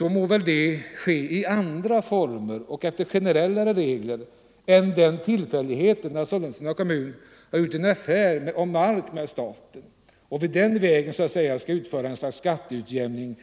bör väl det ges i andra former och efter mera generella regler och inte grundas på den tillfälligheten att Sollentuna kommun har köpt mark av staten och den vägen skall försöka åstadkomma en sorts skatteutjämning.